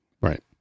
Right